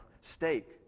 steak